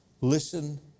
Listen